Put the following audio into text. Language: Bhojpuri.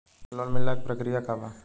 लोन मिलेला के प्रक्रिया का बा?